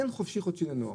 אין חופשי-חודשי לנוער.